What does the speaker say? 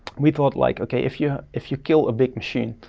we thought, like okay, if yeah if you kill a big machine,